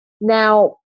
Now